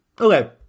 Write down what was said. Okay